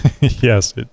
Yes